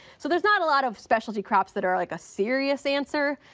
so there's not a lot of specialty crops that are like a serious answer.